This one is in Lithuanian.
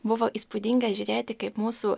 buvo įspūdinga žiūrėti kaip mūsų